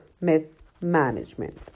mismanagement